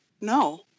No